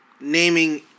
naming